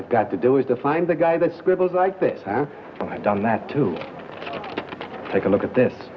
we've got to do is to find the guy that scribbles like this now i've done that to take a look at this